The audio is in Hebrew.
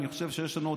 אני מצטער.